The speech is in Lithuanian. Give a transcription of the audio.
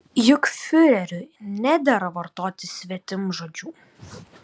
juk fiureriui nedera vartoti svetimžodžių